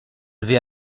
vais